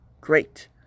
great